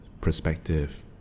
perspective